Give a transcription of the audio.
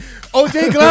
OJ